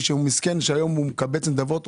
שהיום הוא מקבץ נדבות,